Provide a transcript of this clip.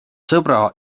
sõbra